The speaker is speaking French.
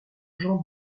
jean